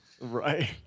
Right